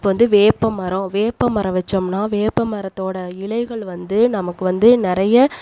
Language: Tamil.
இப்போ வந்து வேப்பமரம் வேப்பமரம் வச்சோமுன்னால் வேப்பமரத்தோடய இலைகள் வந்து நமக்கு வந்து நிறைய